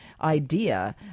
idea